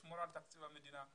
לשמור על תקציב המדינה,